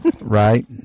Right